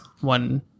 one